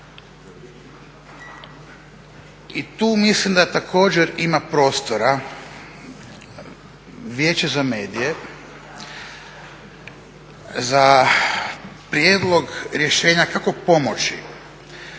I tu mislim da također ima prostora. Vijeće za medije, za prijedlog rješenja kako pomoći.